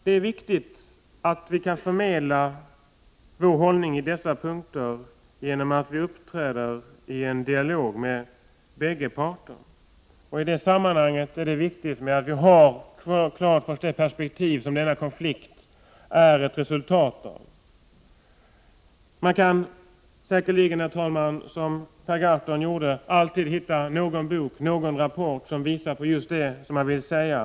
Det är viktigt att vi kan förmedla vår hållning vad gäller dessa punkter genom att uppträda i dialog med bägge parter. I det sammanhanget är det också viktigt att vi har klart för oss den bakgrund som denna konflikt är ett resultat av. Man kan säkerligen, herr talman, liksom Per Gahrton gjorde, alltid hitta någon bok eller någon rapport som styrker just det man vill säga.